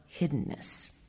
hiddenness